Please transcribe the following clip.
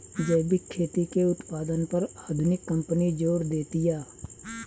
जैविक खेती के उत्पादन पर आधुनिक कंपनी जोर देतिया